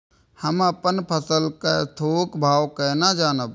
हम अपन फसल कै थौक भाव केना जानब?